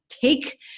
take